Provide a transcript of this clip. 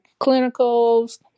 clinicals